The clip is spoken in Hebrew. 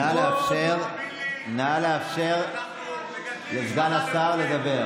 תאמין לי, אנחנו מגדלים משפחה למופת.